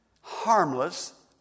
harmless